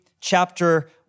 chapter